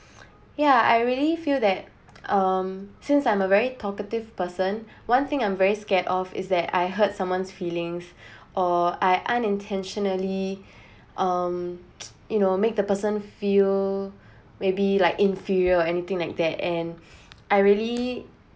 ya I really feel that um since I'm a very talkative person one thing I'm very scared of is that I hurt someone's feelings or I unintentionally um you know make the person feel maybe like inferior anything like that and I really